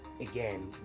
again